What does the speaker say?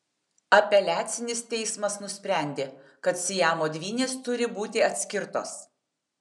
apeliacinis teismas nusprendė kad siamo dvynės turi būti atskirtos